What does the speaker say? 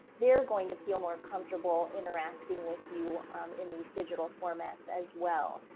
they're going to feel more comfortable interacting with you in these digital formats as well.